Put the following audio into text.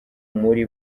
muri